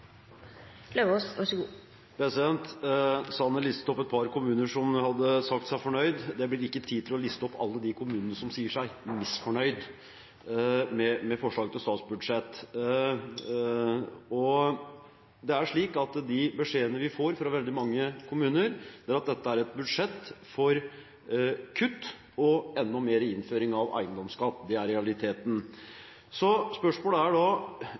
opp et par kommuner som hadde sagt seg fornøyd. Det blir ikke tid til å liste opp alle de kommunene som sier seg misfornøyd med forslaget til statsbudsjett. Det er slik at de beskjedene vi får fra veldig mange kommuner, er at dette er et budsjett for kutt og enda mer innføring av eiendomsskatt. Det er realiteten. Så spørsmålet er da: